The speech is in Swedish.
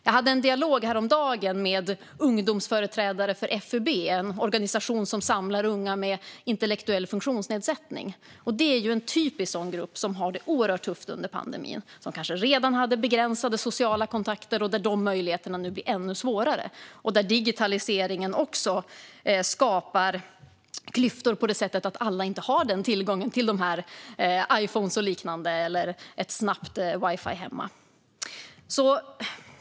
Jag hade en dialog häromdagen med ungdomsföreträdare för FUB, en organisation som samlar unga med intellektuell funktionsnedsättning. Det är en typisk sådan grupp som har det oerhört tufft under pandemin. De kanske redan hade begränsade sociala kontakter, och dessa möjligheter blir nu ännu svårare. Digitaliseringen skapar också klyftor i och med att alla inte har tillgång till Iphoner och liknande eller till ett snabbt wifi hemma.